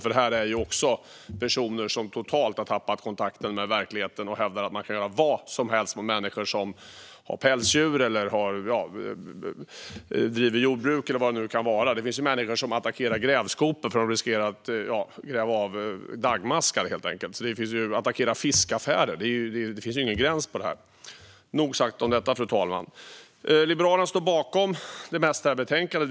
Även där handlar det om personer som totalt har tappat kontakten med verkligheten och som hävdar att man kan göra vad som helst med människor som har pälsdjur, som driver jordbruk eller vad det kan vara. Det finns personer som attackerar grävskopor, eftersom det finns risk att dessa kan gräva av daggmaskar, eller som attackerar fiskaffärer. De har inga gränser. Nog sagt om det, fru talman. Liberalerna står bakom det mesta i betänkandet.